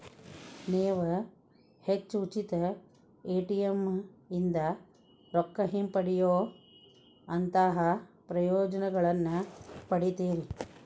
ನೇವು ಹೆಚ್ಚು ಉಚಿತ ಎ.ಟಿ.ಎಂ ಇಂದಾ ರೊಕ್ಕಾ ಹಿಂಪಡೆಯೊಅಂತಹಾ ಪ್ರಯೋಜನಗಳನ್ನ ಪಡಿತೇರಿ